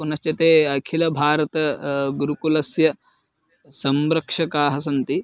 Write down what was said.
पुनश्च ते अखिलभारत गुरुकुलस्य संरक्षकाः सन्ति